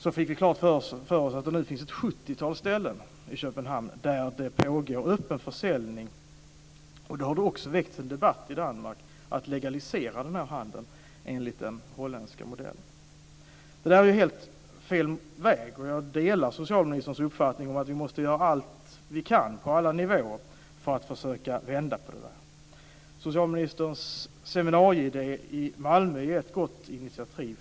Vi fick klart för oss att det nu finns ett sjuttiotal ställen i Köpenhamn där det pågår en öppen försäljning. Det har också väckts en debatt i Danmark om att man skulle legalisera denna handel enligt den holländska modellen. Detta är helt fel väg. Jag delar socialministerns uppfattning om att vi måste göra allt vi kan på alla nivåer för att försöka att vända denna utveckling. Socialministerns seminarium i Malmö är ett bra initiativ.